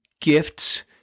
gifts